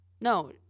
No